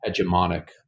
hegemonic